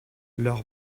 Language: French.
leur